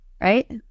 Right